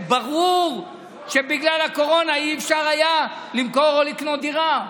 ברור שבגלל הקורונה לא היה אפשר למכור או לקנות דירה.